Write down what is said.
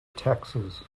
texas